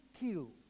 killed